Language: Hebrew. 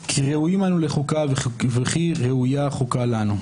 כי ראויים אנו לחוקה וכי ראויה החוקה לנו.